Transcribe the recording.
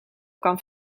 kan